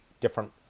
different